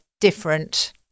different